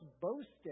boasting